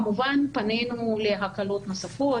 כמובן, פנינו להקלות נוספות.